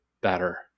better